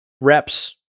reps